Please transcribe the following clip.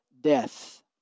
death